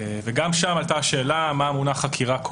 גם שם עלתה השאלה מה כולל המונח חקירה,